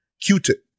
Q-tip